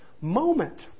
moment